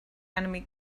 enemy